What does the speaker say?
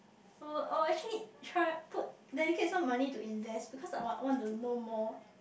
I'll I'll actually try put dedicate some money to invest because I might I want to know more